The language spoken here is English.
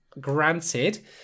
granted